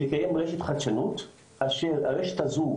לקיים רשת חדשנות אשר הרשת הזו,